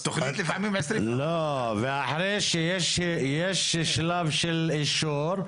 אחרי שיש שלב של אישור,